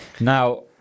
Now